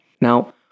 Now